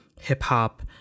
hip-hop